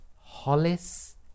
Hollis